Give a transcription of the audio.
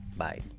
bye